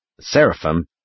Seraphim